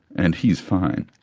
and he's fine.